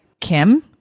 Kim